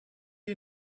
you